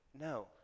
No